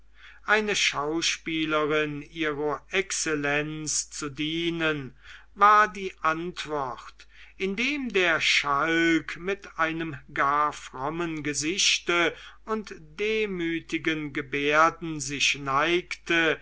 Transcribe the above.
eine schauspielerin ihro exzellenz zu dienen war die antwort indem der schalk mit einem gar frommen gesichte und demütigen gebärden sich neigte